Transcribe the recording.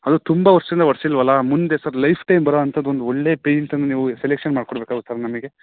ಅದು ತುಂಬ ವರ್ಷ್ದಿಂದ ಹೊಡ್ಸಿಲ್ವಲ್ಲ ಮುಂದೆ ಸರ್ ಲೈಫ್ಟೈಮ್ ಬರಾಂಥದ್ದು ಒಂದು ಒಳ್ಳೆಯ ಪೇಂಯ್ಟನ್ನು ನೀವು ಸೆಲೆಕ್ಷನ್ ಮಾಡ್ಕೊಡ್ಬೇಕಲ್ಲ ಸರ್ ನಮಗೆ